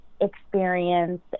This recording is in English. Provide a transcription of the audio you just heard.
experience